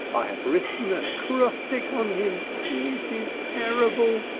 i haf written an acrostic on him it is terrible.